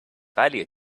value